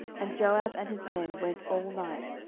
and joab and his men went all night,